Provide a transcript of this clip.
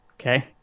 okay